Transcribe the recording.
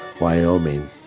Wyoming